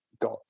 got